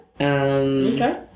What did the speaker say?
Okay